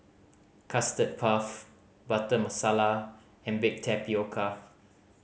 Custard Puff Butter Masala and baked tapioca